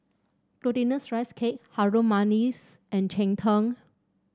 Glutinous Rice Cake Harum Manis and Cheng Tng